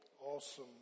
awesome